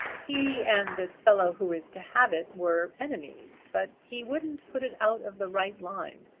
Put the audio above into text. he and this fellow who is to have it, were enemies but he wouldn't put it out of the right line.